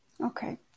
Okay